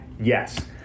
Yes